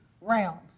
realms